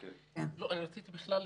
לא, רציתי בכלל לדבר.